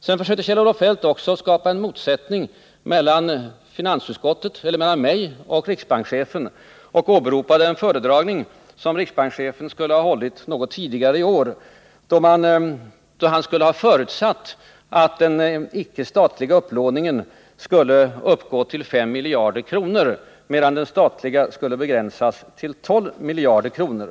Sedan försökte Kjell-Olof Feldt också skapa en motsättning mellan mig och riksbankschefen och åberopade en föredragning som riksbankschefen skulle ha hållit något tidigare i år, då han skulle ha förutsatt att den icke statliga upplåningen skulle uppgå till 5 miljarder kronor, medan den statliga skulle begränsas till 12 miljarder kronor.